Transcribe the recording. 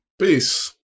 Peace